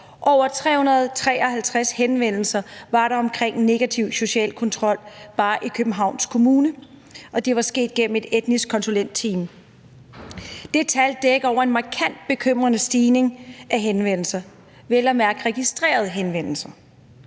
over 353 henvendelser om negativ social kontrol bare i Københavns Kommune, og det var sket gennem et etnisk konsulent timen. Det tal dækker over en markant bekymrende stigning af henvendelser, vel at mærke registrerede henvendelser.